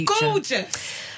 Gorgeous